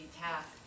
task